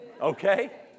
okay